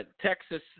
Texas